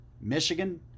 Michigan